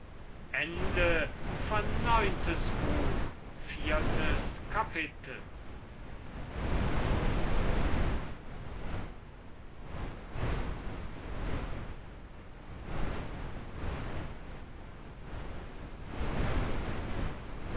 neuntes buch erstes kapitel